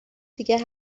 دیگه